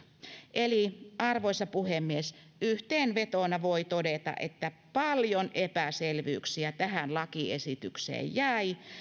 eli arvoisa puhemies yhteenvetona voi todeta että paljon epäselvyyksiä tähän lakiesitykseen jäi